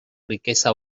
riqueza